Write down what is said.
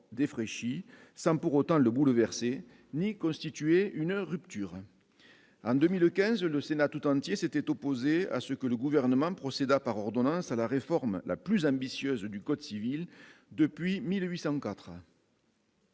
défraîchis, sans pour autant le bouleverser ni constituer une rupture en 2015 le Sénat tout entier s'était opposés à ce que le gouvernement procédera par ordonnances à la réforme la plus ambitieuse du code civil depuis 1880.